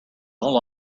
whole